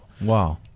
Wow